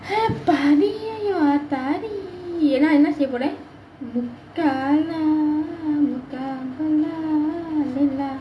!hey! அம்மாடி ஆத்தாடி எல்லாம் என்ன செய்ய போகுரே முக்கால முக்காபுலா லைலா:ammaadi athaadi ellaam enna seiya pogurae mukkaala mukkaapulaa lailaa